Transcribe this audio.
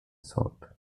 sold